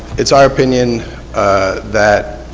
it's our opinion that